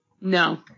No